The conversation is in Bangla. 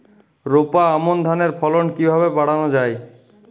রোপা আমন ধানের ফলন কিভাবে বাড়ানো যায়?